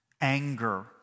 anger